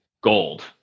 gold